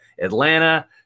Atlanta